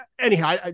anyhow